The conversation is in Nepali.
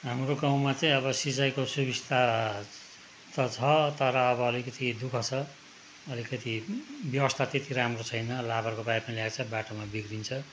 हाम्रो गाउँमा चाहिँ अब सिचाइँको सुविस्ता त छ तर अब अलिकति दुःख छ अलिकति व्यवस्था त्यत्ति राम्रो छैन लाबरको पाइपमा ल्याएको छ बाटोमा बिग्रिन्छ